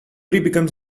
becomes